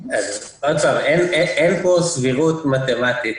אין פה סבירות מתמטית.